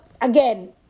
again